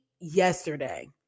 yesterday